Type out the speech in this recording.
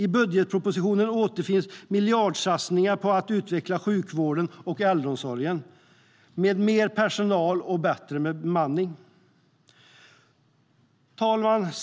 I budgetpropositionen återfinns miljardsatsningar på att utveckla sjukvården och äldreomsorgen med mer personal och bättre bemanning. Herr talman!